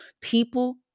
people